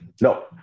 No